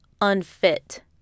unfit